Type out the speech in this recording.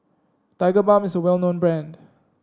Tigerbalm is a well known brand